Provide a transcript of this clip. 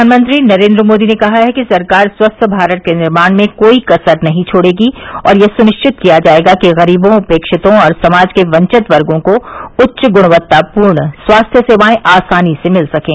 प्रधानमंत्री नरेन्द्र मोदी ने कहा है कि सरकार स्वस्थ भारत के निर्माण में कोई कसर नहीं छोड़ेगी और यह सुनिश्चित किया जाएगा कि ग्रीबों उपेक्षितों और समाज के वंचित वर्गो को उच्च गुणवत्तापूर्ण स्वास्थ्य सेवाएं आसानी से मिल सकें